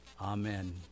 Amen